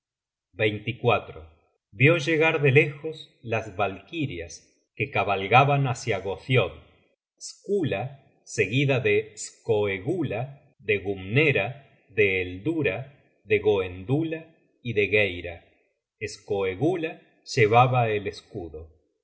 vió llegar de lejos las valkyrias que cabalgaban hácia goce sk seguida de skoegula de gunna de he de gola y degeira skoegula llevaba el escudo